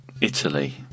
Italy